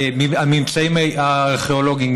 הממצאים הארכיאולוגיים,